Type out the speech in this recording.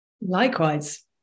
Likewise